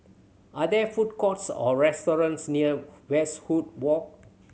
are there food courts or restaurants near Westwood Walk